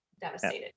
devastated